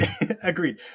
agreed